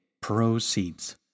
proceeds